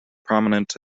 prominent